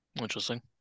Interesting